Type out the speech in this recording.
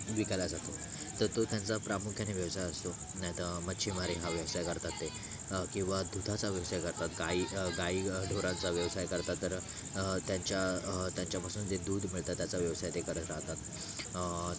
विकायला जातो तर तो त्यांचा प्रामुख्याने व्यवसाय असतो नाही तर मच्छीमारी हा व्यवसाय करतात ते किंवा दुधाचा व्यवसाय करतात गाई गाई ढोरांचा व्यवसाय करता तर त्यांच्या त्यांच्यापासून जे दूध मिळतं त्याचा व्यवसाय ते करत राहतात